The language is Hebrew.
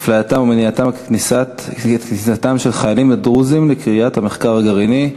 אפלייתם ומניעת כניסתם של חיילים דרוזים לקריה למחקר גרעיני,